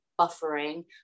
buffering